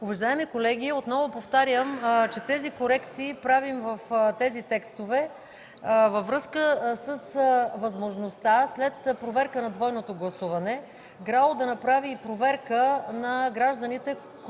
Уважаеми колеги, отново повтарям, че правим корекциите в тези текстове във връзка с възможността след проверка на двойното гласуване ГРАО да направи и проверка на гражданите,